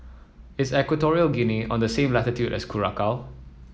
is Equatorial Guinea on the same latitude as Curacao